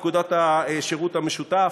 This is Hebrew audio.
פקודת השירות המשותף.